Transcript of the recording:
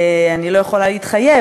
אני לא יכולה להתחייב,